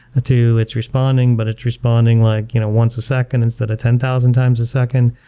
two it's responding but it's responding like you know once a second instead of ten thousand times a second,